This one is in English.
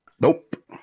Nope